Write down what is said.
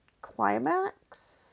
climax